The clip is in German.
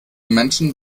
menschen